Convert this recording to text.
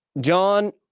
John